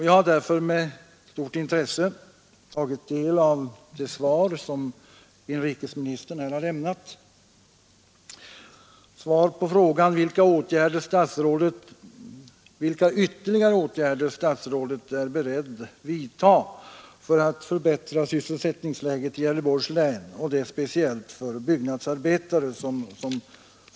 Jag har därför med stort intresse tagit del av det svar som inrikesministern har lämnat på frågan vilka ytterligare åtgärder statsrådet är beredd att vidta för att öka sysselsättningen i Gävleborgs län och då särskilt för byggnadsarbetarna.